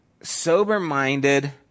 sober-minded